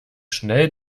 schnell